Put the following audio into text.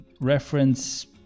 reference